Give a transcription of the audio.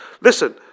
listen